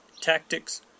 tactics